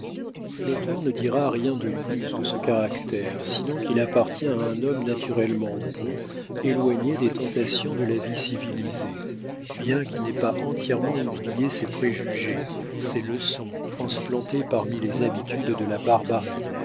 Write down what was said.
l'auteur ne dira rien de plus de ce caractère sinon qu'il appartient à un homme naturellement bon éloigné des tentations de la vie civilisée bien qu'il n'ait pas entièrement oublié ses préjugés ses leçons transplanté parmi les habitudes de la barbarie